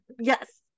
Yes